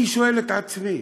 אני שואל את עצמי: